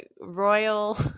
royal